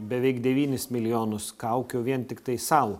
beveik devynis milijonus kaukių vien tiktai sau